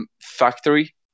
factory